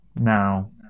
Now